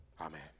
amen